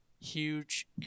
huge